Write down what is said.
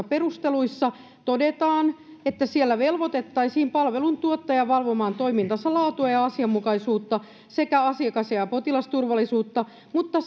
perusteluissa todetaan että siellä velvoitettaisiin palveluntuottaja valvomaan toimintansa laatua ja asianmukaisuutta sekä asiakas ja potilasturvallisuutta mutta